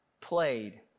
played